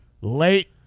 late